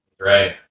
Right